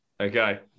Okay